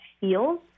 feels